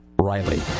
Riley